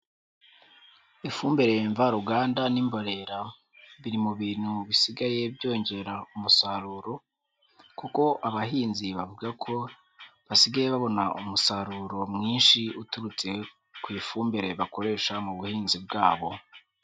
Ifumbire mvaruganda n'imborera biri mu bintu bisigaye byongera umusaruro, kuko abahinzi bavuga ko basigaye babona umusaruro mwinshi uturutse ku ifumbire bakoresha mu buhinzi bwabo.